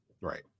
Right